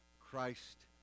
Christ